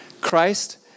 Christ